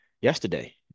yesterday